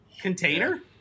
container